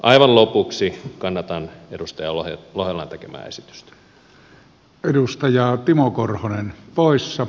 aivan lopuksi kannatan edustaja lohelan tekemää esitystä